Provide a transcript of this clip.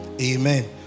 Amen